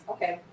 Okay